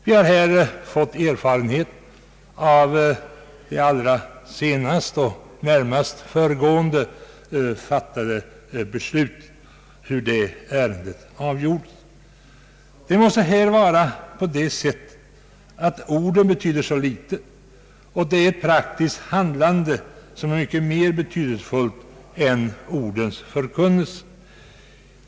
Vi har här erfarit hur det närmast föregående ärendet avgjordes. Orden betyder så litet, och det praktiska handlandet är mycket mer bety delsefullt än orden.